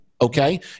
Okay